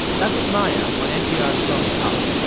that was maya on npr's from the top.